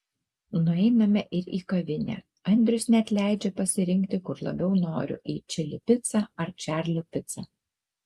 nueiname ir į kavinę andrius net leidžia pasirinkti kur labiau noriu į čili picą ar čarli picą